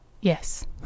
Yes